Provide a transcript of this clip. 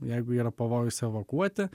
jeigu yra pavojus evakuoti